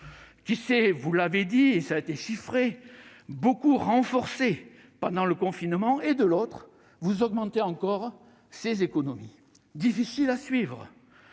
laquelle- vous l'avez dit, et cela a été chiffré -s'est beaucoup renforcée pendant le confinement, et, de l'autre, vous augmentez encore ces économies. Difficile à suivre